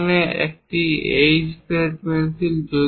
যেখানে একটি H grade pencil